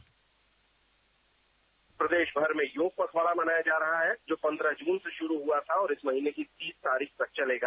bite प्रदेश भर में योग पखवाड़ा मनाया जा रहा है जो पंद्रह जून से शुरू हुआ था और इस महीने की तीस तारीख तक चलेगा